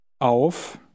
auf